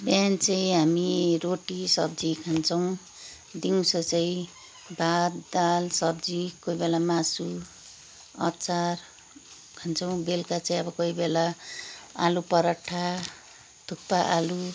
बिहान चाहिँ हामी रोटी सब्जी खान्छौँ दिउँसो चाहिँ भात दाल सब्जी कोही बेला मासु अचार खान्छौँ बेलुका चाहिँ अब कोही बेला आलु पराठा थुक्पा आलु